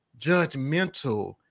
judgmental